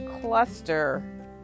cluster